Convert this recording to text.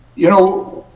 you know,